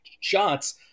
shots